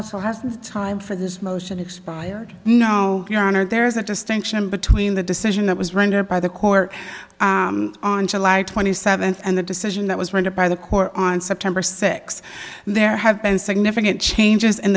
council has time for this motion expired no your honor there is a distinction between the decision that was rendered by the court on july twenty seventh and the decision that was rendered by the court on september sixth there have been significant changes in